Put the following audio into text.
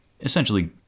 essentially